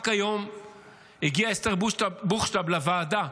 רק היום הגיעה אסתר בוכשטב לוועדה,